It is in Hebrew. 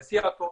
להסיע אותו,